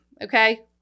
okay